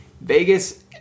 Vegas